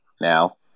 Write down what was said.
now